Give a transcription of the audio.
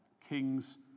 kings